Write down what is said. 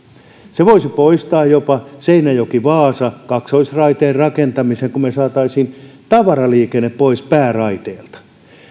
se voisi poistaa jopa seinäjoki vaasa kaksoisraiteen rakentamisen kun me saisimme tavaraliikenteen pois pääraiteelta